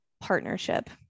partnership